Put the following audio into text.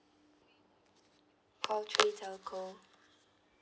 call three telco